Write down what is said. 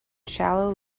shallow